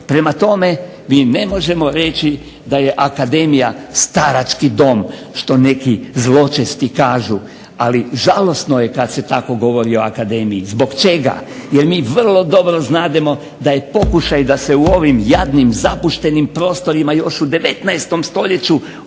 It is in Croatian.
Prema tome, mi ne možemo reći da je akademija starački dom što neki zločesti kažu. Ali žalosno je kad se tako govori o akademiji. Zbog čega kad se tako govori o akademiji? Zbog čega? Jer mi vrlo dobro znademo da je pokušaj da se u ovim jadnim, zapuštenim prostorima još u 19. stoljeću osnuje